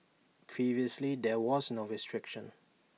previously there was no restriction